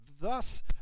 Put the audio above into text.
Thus